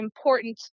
important